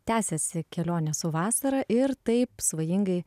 tęsiasi kelionė su vasara ir taip svajingai